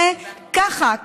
ככה,